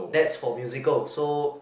that's for musical so